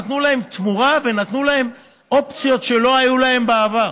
נתנו להם תמורה ונתנו להם אופציות שלא היו להם בעבר.